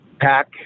pack